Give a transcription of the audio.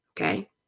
Okay